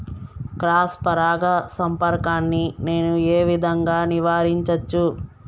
Cross పరాగ సంపర్కాన్ని నేను ఏ విధంగా నివారించచ్చు?